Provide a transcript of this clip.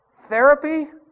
therapy